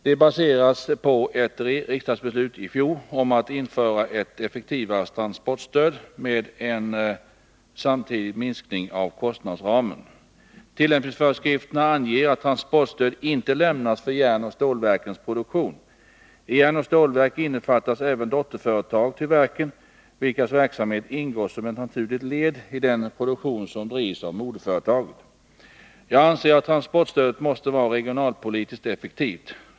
De baseras på ett riksdagsbeslut i fjol om att införa ett effektivare transportstöd med en samtidig minskning av kostnadsramen. Tillämpningsföreskrifterna anger att transportstöd inte lämnas för järnoch stålverkens produktion. I järnoch stålverk innefattas även dotterföretag till verken, vilkas verksamhet ingår som ett naturligt led i den produktion som drivs av moderföretaget. Jag anser att transportstödet måste vara regionalpolitiskt effektivt.